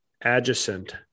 adjacent